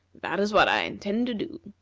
that is what i intend to do.